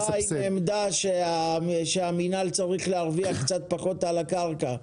הוא מראש בא עם עמדה שהמינהל צריך להרוויח קצת פחות על הקרקע.